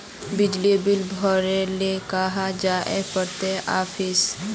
बिजली बिल भरे ले कहाँ जाय पड़ते ऑफिस?